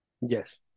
Yes